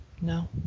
No